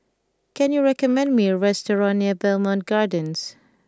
can you recommend me a restaurant near Bowmont Gardens